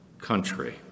country